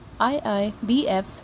IIBF